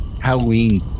Halloween